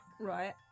Right